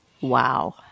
Wow